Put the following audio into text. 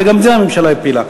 גם את זה הממשלה הפילה.